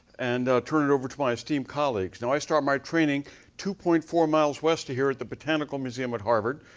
and turn it over to my esteemed colleagues. now i start my training two point four miles west of here, at the botanical museum at harvard,